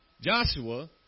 Joshua